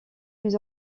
plus